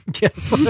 Yes